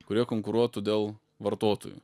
kuria konkuruotų dėl vartotojų